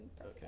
Okay